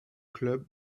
club